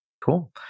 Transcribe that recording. Cool